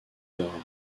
heures